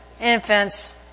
infants